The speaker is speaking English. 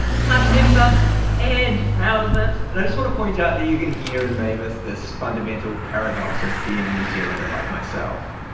club member and proud of it and i just want to point out that you can hear in mavis this fundamental paradox of being a new zealander like myself.